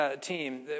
team